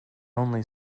only